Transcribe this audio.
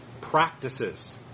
practices